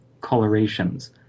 colorations